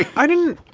i didn't.